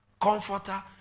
Comforter